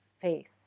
faith